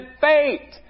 fate